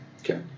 Okay